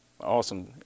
Awesome